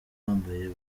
bambaye